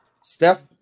steph